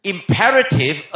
Imperative